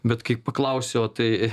bet kai paklausi o tai